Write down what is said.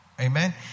Amen